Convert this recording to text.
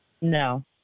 No